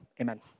Amen